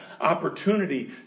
opportunity